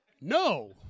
No